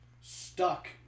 stuck